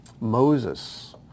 Moses